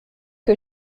que